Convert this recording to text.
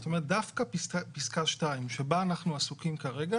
זאת אומרת דווקא פסקה (2) שבה אנחנו עסוקים כרגע